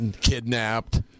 Kidnapped